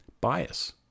Bias